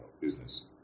business